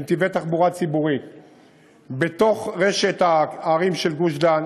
בנתיבי תחבורה ציבורית בתוך רשת הערים של גוש-דן.